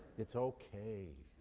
it's okay,